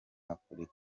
afurika